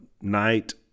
night